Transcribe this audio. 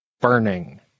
burning